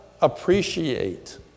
appreciate